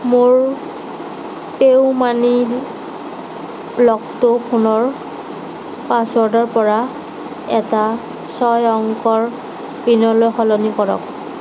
মোৰ PayU মানিৰ লকটো ফোনৰ পাছৱৰ্ডৰ পৰা এটা ছয় অংকৰ পিনলৈ সলনি কৰক